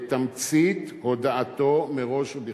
את תמצית הודעתו מראש ובכתב,